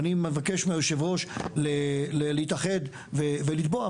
ואני מבקש מיושב הראש להתאחד ולתבוע,